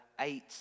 Eight